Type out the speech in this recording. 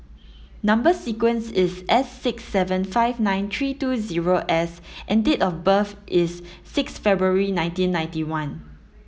number sequence is S six seven five nine three two zero S and date of birth is six February nineteen ninety one